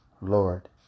Lord